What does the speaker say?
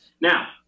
Now